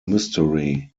mystery